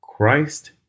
Christ